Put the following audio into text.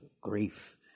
grief